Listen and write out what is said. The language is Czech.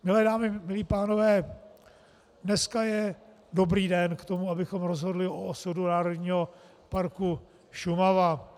Milé dámy, milí pánové, dneska je dobrý den k tomu, abychom rozhodli o osudu Národního parku Šumava.